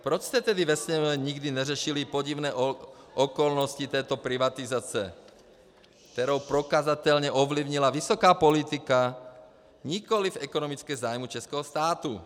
Proč jste tedy ve Sněmovně nikdy neřešili podivné okolnosti této privatizace, kterou prokazatelně ovlivnila vysoká politika, nikoliv ekonomické zájmy českého státu?